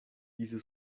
diese